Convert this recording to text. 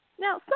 Now